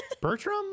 Bertram